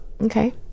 Okay